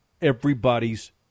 everybody's